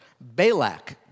Balak